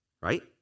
right